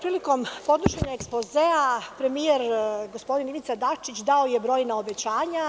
Prilikom podnošenja ekspozea premijer gospodin Ivica Dačić dao je brojna obećanja.